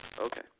Okay